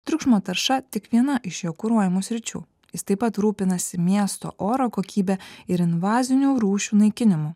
triukšmo tarša tik viena iš jo kuruojamų sričių jis taip pat rūpinasi miesto oro kokybe ir invazinių rūšių naikinimu